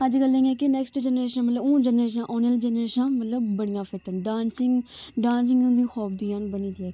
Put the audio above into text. अजकल्लै दियां जेह्कियां next generation मतलब हून जनरेशनां औने आह्ली जनरेशनां मतलब बड़ियां फिट्ट न डांसिंग डांसिंग उं'दी हाब्बियां न बनी दी इक